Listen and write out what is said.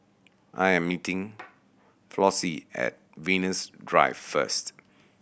I am meeting Flossie at Venus Drive first